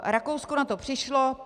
Rakousko na to přišlo.